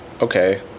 okay